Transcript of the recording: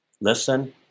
listen